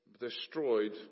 destroyed